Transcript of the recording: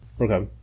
Okay